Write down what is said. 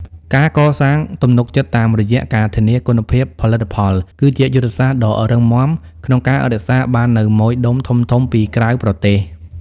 ការកសាងទំនុកចិត្តតាមរយៈការធានាគុណភាពផលិតផល គឺជាយុទ្ធសាស្ត្រដ៏រឹងមាំក្នុងការរក្សាបាននូវម៉ូយដុំធំៗពីក្រៅប្រទេស។